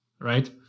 right